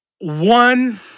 one